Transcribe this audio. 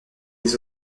les